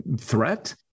threat